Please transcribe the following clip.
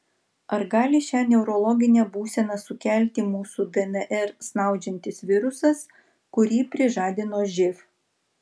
ar gali šią neurologinę būseną sukelti mūsų dnr snaudžiantis virusas kurį prižadino živ